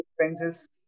expenses